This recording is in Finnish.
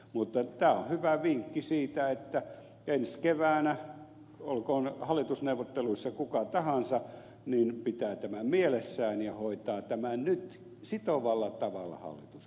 mutta tämä on hyvä vinkki että olkoon hallitusneuvotteluissa ensi keväänä kuka tahansa niin pitää tämän mielessä ja hoitaa tämän nyt sitovalla tavalla hallitusohjelmaan